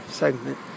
segment